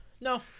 No